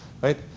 right